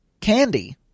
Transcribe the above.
candy